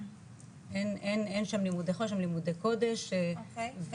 אין שם לימודי חול, יש שם לימודי קודש והסמינרים?